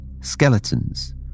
Skeletons